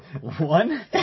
One